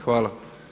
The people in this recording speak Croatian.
Hvala.